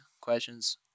questions